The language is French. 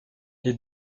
les